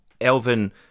Elvin